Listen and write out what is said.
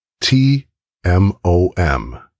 T-M-O-M